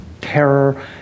terror